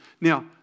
Now